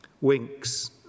winks